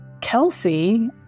Kelsey